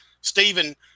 Stephen